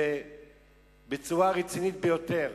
ובצורה רצינית ביותר.